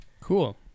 Cool